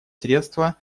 средства